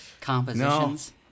compositions